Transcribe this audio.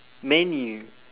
man U